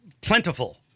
plentiful